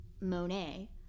Monet